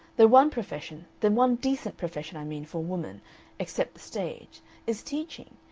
the one profession, the one decent profession, i mean, for a woman except the stage is teaching,